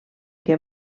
què